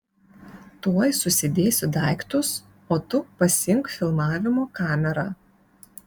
tuoj susidėsiu daiktus o tu pasiimk filmavimo kamerą